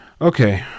Okay